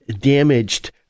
damaged